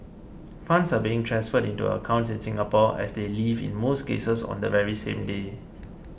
funds are being transferred into accounts in Singapore and they leave in most cases on the very same day